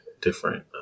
different